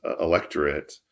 electorate